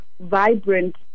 vibrant